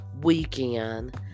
weekend